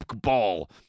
ball